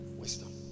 wisdom